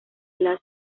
las